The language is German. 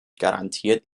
garantiert